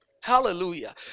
hallelujah